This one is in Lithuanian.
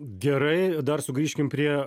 gerai dar sugrįžkim prie